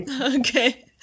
okay